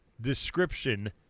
description